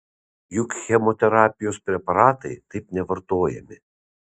juk chemoterapijos preparatai taip nevartojami